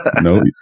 No